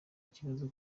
ikibazo